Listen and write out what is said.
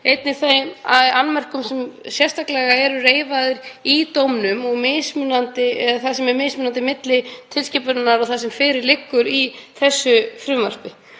einnig þeim annmörkum sem sérstaklega eru reifaðir í dómnum og því sem er mismunandi milli tilskipunarinnar og þess sem fyrir liggur í frumvarpinu.